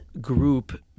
group